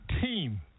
team